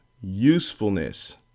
usefulness